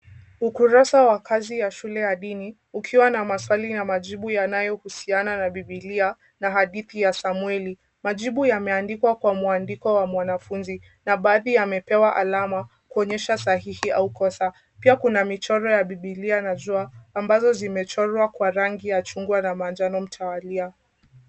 Ukurasa wa kazi ya shule ya dini ukiwa na maswali na majibu yanayohusiana na biblia na hadithi ya Samueli. Majibu yameandikwa kwa muandiko wa mwanafunzi na baadhi yamepewa alama kuonyesha sahihi au kosa. Pia kuna michoro ya biblia na jua ambazo zimechorwa kwa rangi ya chungwa na manjano mtawalia.